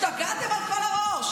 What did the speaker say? באמת, השתגעתם על כל הראש.